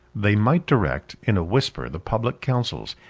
they might direct, in a whisper, the public counsels,